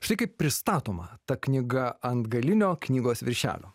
štai kaip pristatoma ta knyga ant galinio knygos viršelio